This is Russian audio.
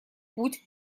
путь